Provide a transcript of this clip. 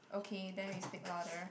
okay then we speak louder